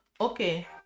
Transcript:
okay